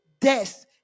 death